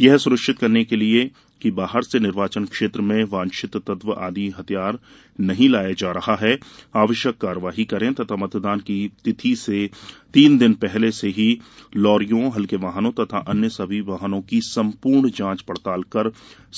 यह सुनिश्चित करने के लिये कि बाहर से निर्वाचन क्षेत्र में अवांछित तत्व आदि हथियार आदि नहीं लाया जा रहा है आवश्यक कार्यवाही करें तथा मतदान की तिथि से तीन दिवस पहले से ही लारियों हल्के वाहनों तथा अन्य सभी वाहनों की सम्पूर्ण जाँच पड़ताल कर